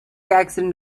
accident